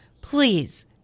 please